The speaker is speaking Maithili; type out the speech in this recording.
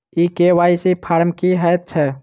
ई के.वाई.सी फॉर्म की हएत छै?